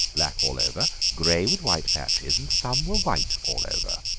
black all over, grey with white patches, and some were white all over.